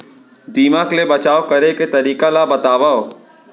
दीमक ले बचाव करे के तरीका ला बतावव?